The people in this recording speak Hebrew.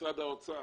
משרד האוצר